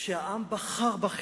שהעם בחר בכם,